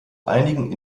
einigen